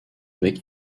avec